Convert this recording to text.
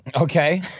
Okay